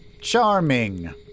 Charming